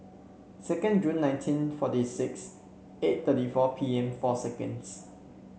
second July nineteen forty six eight thirty four P M four seconds